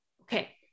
Okay